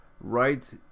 right